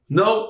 no